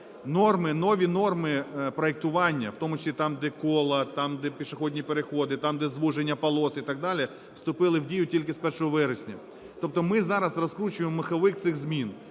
нові норми проектування, в тому числі там, де кола, там де пішохідні переходи, там де звуження полос і так далі, вступили в дію тільки з 1 вересня. Тобто ми зараз розкручуємо маховик цих змін.